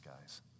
guys